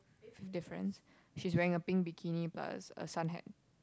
difference she's wearing a pink bikini plus a sunhat